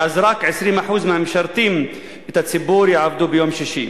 ואז רק 20% מהמשרתים את הציבור יעבדו ביום שישי.